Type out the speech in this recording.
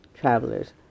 travelers